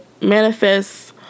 manifest